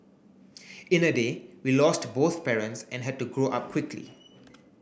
in a day we lost both parents and had to grow up quickly